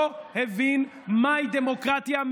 לא הבין מהי דמוקרטיה.